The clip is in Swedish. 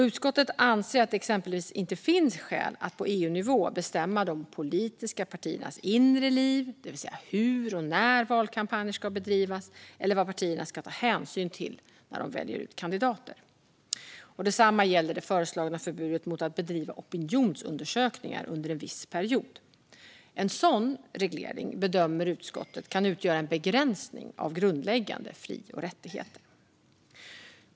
Utskottet anser att det exempelvis inte finns skäl att på EU-nivå bestämma över de politiska partiernas inre liv, det vill säga hur och när valkampanjer ska bedrivas eller vad partierna ska ta hänsyn till när de väljer ut kandidater. Detsamma gäller det föreslagna förbudet mot att bedriva opinionsundersökningar under en viss period. En sådan reglering bedömer utskottet kan utgöra en begränsning av grundläggande fri och rättigheter.